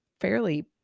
fairly